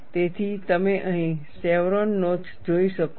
તેથી તમે અહીં શેવરોન નોચ જોઈ શકો છો